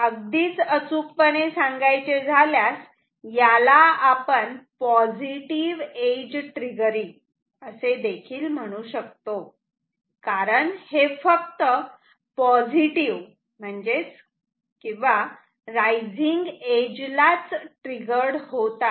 अगदी अचूकपणे सांगायचे झाल्यास याला आपण पॉझिटिव एज ट्रिगरिंग असे म्हणू शकतो कारण हे फक्त पॉझिटिव्ह किंवा रायझिंग एज ला ट्रिगर्ड होत आहे